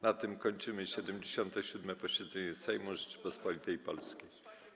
Na tym kończymy 77. posiedzenie Sejmu Rzeczypospolitej Polskiej.